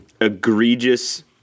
egregious